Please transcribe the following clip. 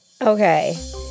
Okay